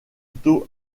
taux